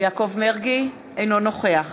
אינו נוכח